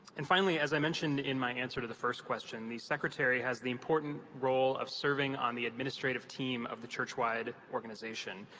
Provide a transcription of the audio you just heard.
and as i mentioned in my answer to the first question the secretary has the important role of serving on the administrative team of the churchwide organization.